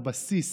בבסיס,